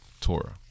Torah